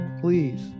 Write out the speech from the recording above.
please